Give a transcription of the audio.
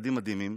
ילדים מדהימים.